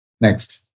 Next